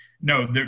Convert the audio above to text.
no